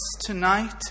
tonight